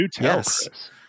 yes